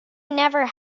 never